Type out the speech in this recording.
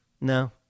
no